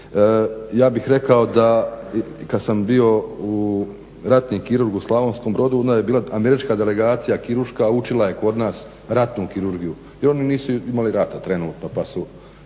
Ja bih rekao kada sam bio ratni kirurg u Slavonskom Brodu onda je bila američka delegacija kirurška učila je kod nas ratnu kirurgiju jer oni nisu imali rata trenutno pa su